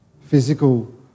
physical